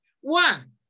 One